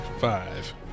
five